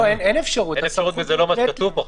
אין אפשרות וזה לא מה שכתוב פה.